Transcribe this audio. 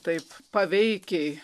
taip paveikiai